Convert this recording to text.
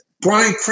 Brian